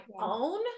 own